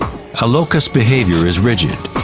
a locust's behavior is rigid,